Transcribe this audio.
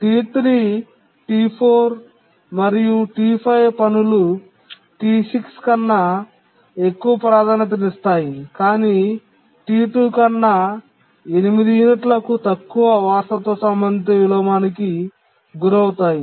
T3 T4 మరియు T5 పనులు T6 కన్నా ఎక్కువ ప్రాధాన్యతనిస్తాయి కాని T2 కన్నా 8 యూనిట్లకు తక్కువ వారసత్వ సంబంధిత విలోమానికి గురవుతాయి